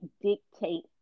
dictate